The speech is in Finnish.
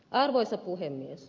arvoisa puhemies